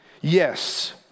Yes